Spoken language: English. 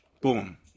boom